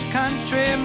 country